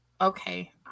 okay